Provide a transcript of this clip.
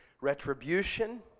Retribution